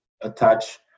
attach